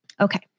Okay